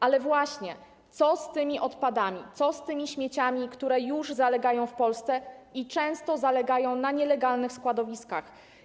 Ale właśnie: Co z tymi odpadami, co z tymi śmieciami, które już zalegają w Polsce i często zalegają na nielegalnych składowiskach?